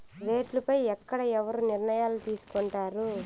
రేట్లు పై ఎక్కడ ఎవరు నిర్ణయాలు తీసుకొంటారు?